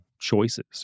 choices